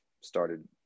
started